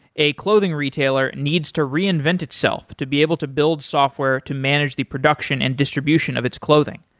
a clothing retailer needs to reinvent itself to be able to build software to manage the production and distribution of its clothing.